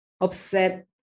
upset